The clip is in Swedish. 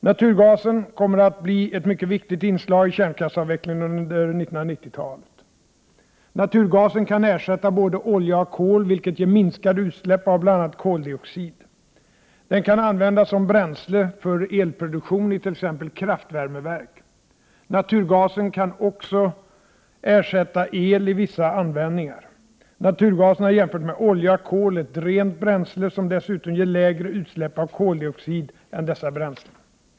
Naturgasen kommer att bli ett mycket viktigt inslag i kärnkraftsavvecklingen under 1990-talet. Naturgasen kan ersätta både olja och kol — vilket ger minskade utsläpp av bl.a. koldioxid. Den kan användas som bränsle för elproduktion i t.ex. kraftvärmeverk. Naturgasen kan också ersätta el vid viss användning. Naturgasen är jämfört med olja och kol ett rent bränsle, som dessutom ger lägre utsläpp av koldioxid än dessa bränslen.